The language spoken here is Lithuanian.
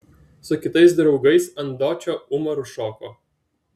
su kitais draugais ant dočio umaru šoko